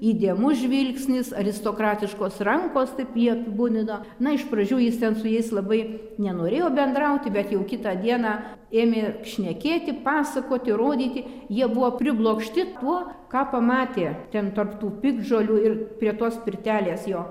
įdėmus žvilgsnis aristokratiškos rankos taip jį apibūdino na iš pradžių jis ten su jais labai nenorėjo bendrauti bet jau kitą dieną ėmė šnekėti pasakoti rodyti jie buvo priblokšti tuo ką pamatė ten tarp tų piktžolių ir prie tos pirtelės jo